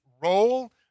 Roll